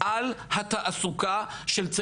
על התעסוקה.